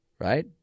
right